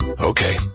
Okay